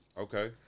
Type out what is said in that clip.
Okay